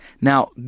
Now